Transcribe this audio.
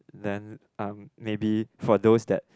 then um maybe for those that